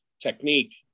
technique